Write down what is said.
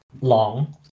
long